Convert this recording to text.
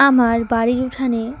আমার বাড়ির উঠানে